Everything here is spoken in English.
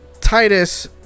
Titus